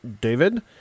David